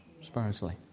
spiritually